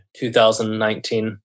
2019